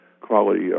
quality